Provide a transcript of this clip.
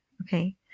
Okay